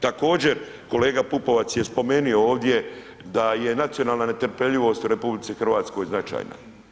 Također, kolega Pupovac je spomenuo ovdje da je nacionalna netrpeljivost u RH značajna.